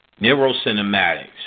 Neurocinematics